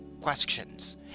questions